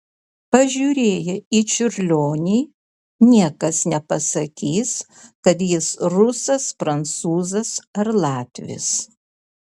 pažiūrėję į čiurlionį niekas nepasakys kad jis rusas prancūzas ar latvis